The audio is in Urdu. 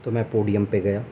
تو میں پوڈیم پہ گیا